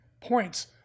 points